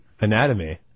Anatomy